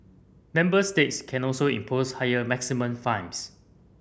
member states can also impose higher maximum fines